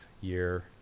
year